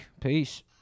peace